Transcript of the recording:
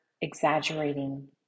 exaggerating